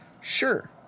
sure